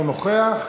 אינו נוכח,